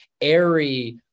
airy